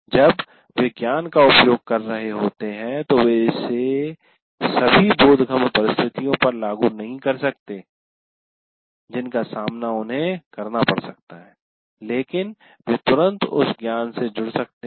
जब वे ज्ञान का प्रयोग कर रहे होते हैं तो वे इसे सभी बोधगम्य परिस्थितियों पर लागु नहीं कर सकते है जिनका सामना उन्हें करना पड़ सकता है लेकिन वे तुरंत उस ज्ञान से जुड़ जाते हैं